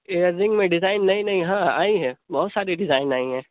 year رنگ میں design نئی نئی ہاں آئی ہیں بہت ساری ڈیزائن آئی ہیں